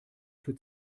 für